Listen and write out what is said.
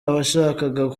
abashakaga